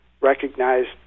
recognized